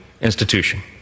institution